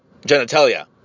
genitalia